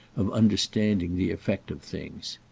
of understanding the effect of things.